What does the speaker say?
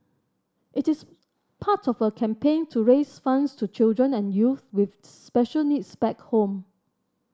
it is part of a campaign to raise funds to children and youth with special needs back home